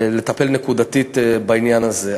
לטפל נקודתית בעניין הזה.